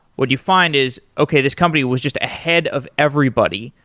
what you find is, okay, this company was just ahead of everybody.